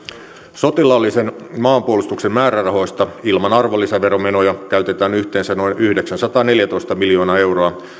sotilaallisen maanpuolustuksen määrärahoista ilman arvonlisäveromenoja käytetään yhteensä noin yhdeksänsataaneljätoista miljoonaa euroa